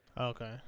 Okay